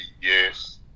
yes